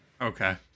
Okay